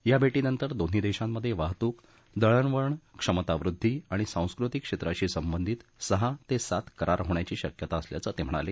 या भेटीनंतर दोन्ही देशांमध्ये वाहतूक दळणवळण क्षमतावृद्वी आणि सांस्कृतिक क्षेत्राशी संबंधित सहा ते सात करारहोण्याची शक्यता असल्याचं ते म्हणाले